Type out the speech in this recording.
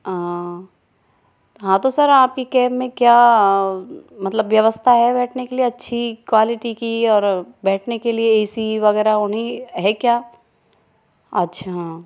हाँ तो सर आपकी कैब में क्या मतलब व्यवस्था है बैठने के लिए अच्छी क्वालिटी की और बैठने के लिए ए सी वगैरह होनी है क्या अच्छा